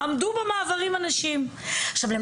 אנשים עמדו במעברים אנשים.